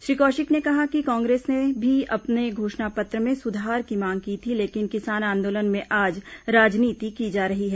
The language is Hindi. श्री कौशिक ने कहा कि कांग्रेस ने भी अपने घोषणा पत्र में सुधार की मांग की थी लेकिन किसान आंदोलन में आज राजनीति की जा रही है